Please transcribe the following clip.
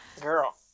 Girl